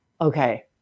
okay